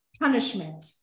punishment